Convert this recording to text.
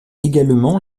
également